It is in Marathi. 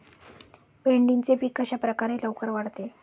भेंडीचे पीक कशाप्रकारे लवकर वाढते?